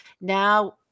now